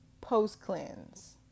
post-cleanse